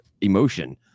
emotion